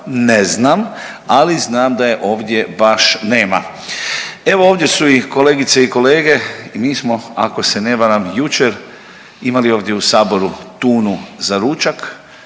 ne znam, ali znam da je ovdje baš nema. Evo ovdje su i kolegice i kolege i mi smo ako se ne varam jučer imali ovdje u saboru tunu za ručak,